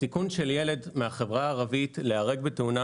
הסיכון של ילד מהחברה הערבית להיהרג בתאונה